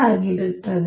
ಆಗಿರುತ್ತದೆ